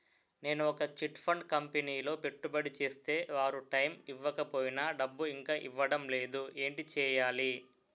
నేను ఒక chit fund కంపెనీలో పెట్టుబడి చేస్తే వారు టైమ్ ఇవ్వకపోయినా డబ్బు ఇంకా ఇవ్వడం లేదు ఏంటి చేయాలి?